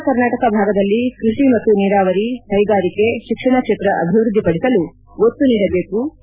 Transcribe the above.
ಉತ್ತರ ಕರ್ನಾಟಕ ಭಾಗದಲ್ಲಿ ಕೃಷಿ ಮತ್ತು ನೀರಾವರಿ ಕೈಗಾರಿಕೆ ಶಿಕ್ಷಣ ಕ್ಷೇತ್ರ ಅಭಿವೃದ್ದಿ ಪಡಿಸಲು ಒತ್ತು ನೀಡಬೇಕು